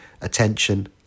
attention